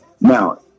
Now